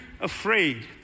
afraid